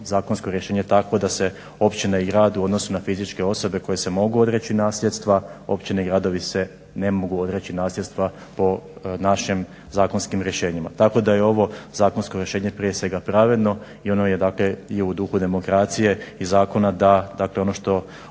zakonsko rješenje je takvo da se općine i grad u odnosu na fizičke osobe koje se mogu odreći nasljedstva, općine i gradovi se ne mogu odreći nasljedstva po našim zakonskim rješenjima. Tako da je ovo zakonsko rješenje prije svega pravedno i ono je u duhu demokracije i zakona da ono što